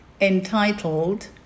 entitled